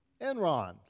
Enron